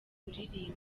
kuririmba